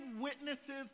witnesses